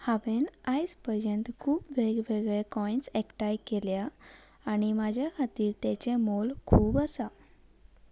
हांवें आयज पर्यंत खूब वेगवेगळे कॉयन्स एकठांय केल्या आनी म्हाज्या खातीर तेचें मोल खूब आसा